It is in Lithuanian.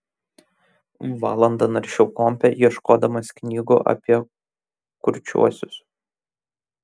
valandą naršiau kompe ieškodamas knygų apie kurčiuosius